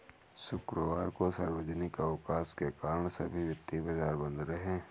शुक्रवार को सार्वजनिक अवकाश के कारण सभी वित्तीय बाजार बंद रहे